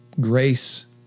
grace